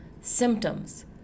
Symptoms